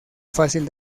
fácil